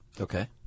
Okay